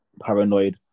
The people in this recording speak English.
paranoid